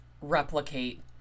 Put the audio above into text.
replicate